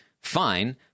fine